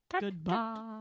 Goodbye